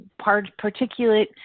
particulate